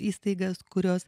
įstaigas kurios